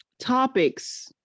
topics